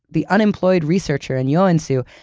the unemployed researcher in joensuu,